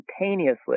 instantaneously